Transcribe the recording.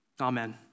Amen